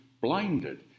blinded